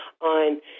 on